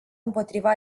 împotriva